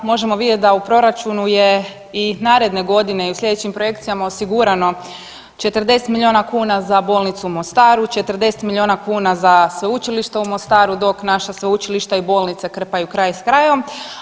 Možemo vidjeti da u Proračunu je i naredne godine i u sljedećim projekcijama osigurano 40 milijuna kuna za bolnicu u Mostaru, 40 milijuna kuna za Sveučilište u Mostaru, dok naša sveučilišta i bolnice krpaju kraj s krajem.